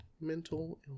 Mental